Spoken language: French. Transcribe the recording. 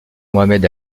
mohamed